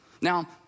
Now